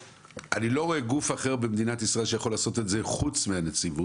אני לא רואה גוף אחר במדינת ישראל שיכול לעשות את זה חוץ מהנציבות,